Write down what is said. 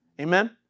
Amen